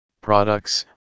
products